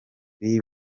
b’i